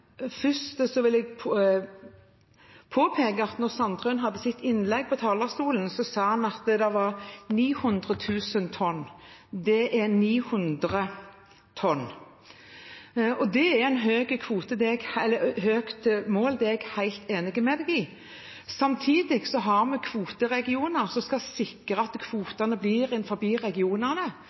Først vil jeg påpeke at da Sandtrøen holdt sitt innlegg på talerstolen, sa han at det var 900 000 tonn. Det er 900 tonn. Det er et høyt mål, det er jeg helt enig med ham i. Samtidig har vi kvoteregioner, som skal sikre at kvotene forblir innenfor regionene,